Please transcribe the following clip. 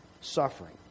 suffering